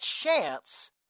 chance